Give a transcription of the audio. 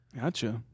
Gotcha